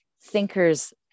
thinkers